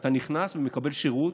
שאתה נכנס אליה ומקבל שירות?